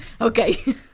Okay